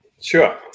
Sure